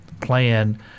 plan